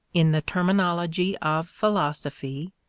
in the terminology of philosophy,